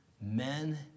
Men